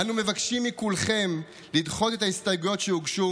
אנו מבקשים מכולכם לדחות את ההסתייגויות שהוגשו